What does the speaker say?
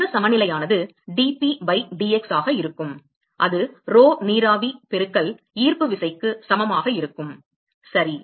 உந்த சமநிலையானது dP by dx ஆக இருக்கும் அது rho நீராவி பெருக்கல் ஈர்ப்பு விசைக்கு சமமாக இருக்கும் சரி